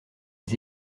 les